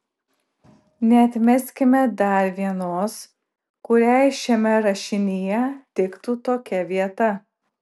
neatmeskime dar vienos kuriai šiame rašinyje tiktų tokia vieta